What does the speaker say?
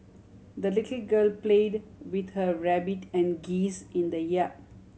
the little girl played with her rabbit and geese in the yard